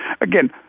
Again